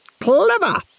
clever